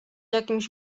jakimś